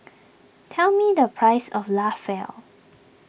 tell me the price of